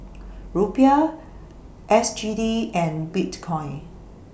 Rupiah S G D and Bitcoin